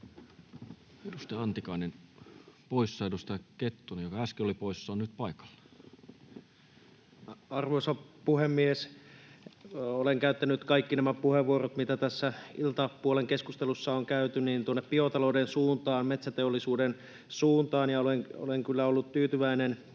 eduskuntaryhmän vaihtoehtobudjetista vuodelle 2023 Time: 19:05 Content: Arvoisa puhemies! Olen käyttänyt kaikki nämä puheenvuorot, mitä tässä iltapuolen keskustelussa olen käyttänyt, tuonne biotalouden suuntaan, metsäteollisuuden suuntaan, ja olen kyllä ollut tyytyväinen